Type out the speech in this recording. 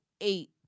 eight